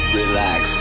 Relax